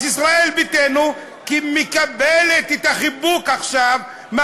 אז ישראל ביתנו מקבלת עכשיו את החיבוק מהקואליציה.